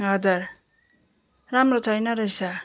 हजुर राम्रो छैन रहेस